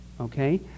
okay